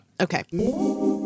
Okay